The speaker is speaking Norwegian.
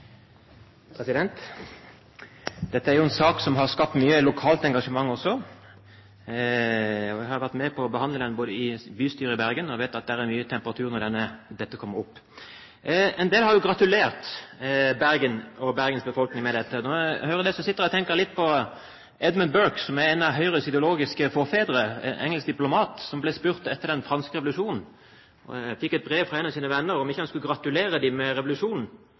jo en sak som har skapt mye lokalt engasjement også. Jeg har vært med på å behandle den i bystyret i Bergen, og jeg vet at det er mye temperatur når dette kommer opp. En del har jo gratulert Bergen og Bergens befolkning med dette. Når jeg hører det, sitter jeg og tenker litt på en engelsk diplomat, Edmund Burke, en av Høyres ideologiske forfedre, som etter den franske revolusjon fikk et brev fra en av sine venner og ble spurt om han ikke skulle gratulere dem med revolusjonen.